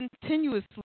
Continuously